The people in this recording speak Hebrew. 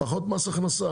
פחות מס הכנסה,